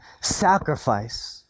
sacrifice